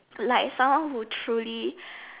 like someone who truly